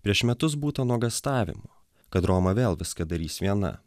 prieš metus būta nuogąstavimų kad roma vėl viską darys viena